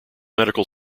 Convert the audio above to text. medical